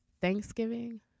Thanksgiving